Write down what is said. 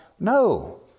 No